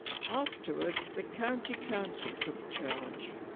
afterwards the county council took charge